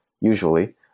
usually